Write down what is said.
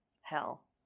hell